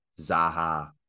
Zaha